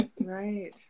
right